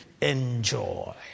enjoy